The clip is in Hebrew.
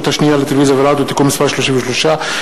השנייה לטלוויזיה ורדיו (תיקון מס' 33),